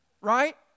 Right